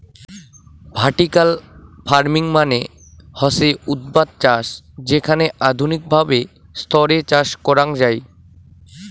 vertical farming মানে হসে উর্ধ্বাধ চাষ যেখানে আধুনিক ভাবে স্তরে চাষ করাঙ যাই